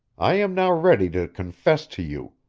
i am now ready to confess to you.